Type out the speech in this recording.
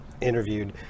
interviewed